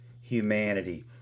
humanity